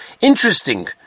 Interesting